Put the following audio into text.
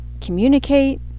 communicate